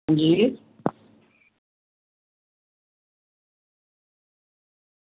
हां जी